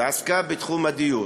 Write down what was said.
ועסקה בתחום הגיור